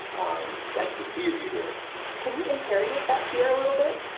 um that's the fear you're hearing can we interrogate that fear a little bit?